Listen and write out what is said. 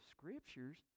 scriptures